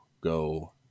go